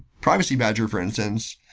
privacy badger, for instance,